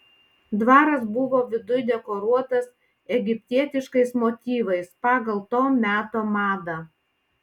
dvaras buvo viduj dekoruotas egiptietiškais motyvais pagal to meto madą